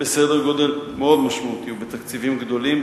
בסדר-גודל משמעותי ובתקציבים גדולים,